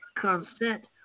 Consent